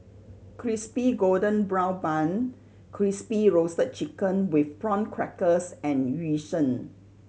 Crispy Golden Brown Bun Crispy Roasted Chicken with Prawn Crackers and Yu Sheng